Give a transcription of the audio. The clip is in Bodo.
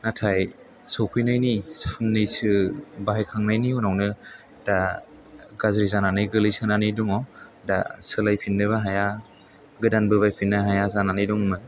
नाथाय सफैनायनि साननैसो बाहायखांनायनि उनावनो दा गाज्रि जानानै गोलैसोनानै दङ दा सोलायफिननोबो हाया गोदानबो बायफिननो हाया जानानै दंमोन